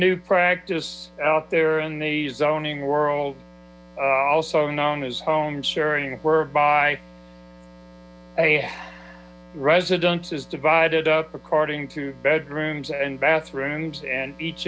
new practice out there in the zoning world also known as home sharing whereby a residence is divided up according to bedrooms and bathrooms and each